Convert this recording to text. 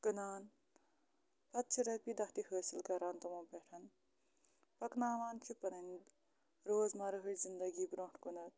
کٕنان پَتہٕ چھِ رۄپیہِ دَہ تہِ حٲصِل کَران تِمو پٮ۪ٹھ پَکناوان چھِ پَنٕنۍ روزمرہٕچ زِندگی برٛونٛٹھ کُنَتھ